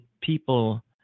people